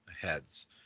heads